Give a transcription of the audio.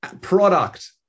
product